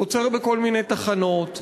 עוצר בכל מיני תחנות,